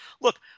Look